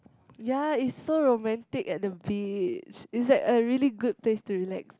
ya it's so romantic at the beach it's like a really good place to relax